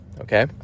okay